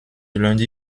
lundi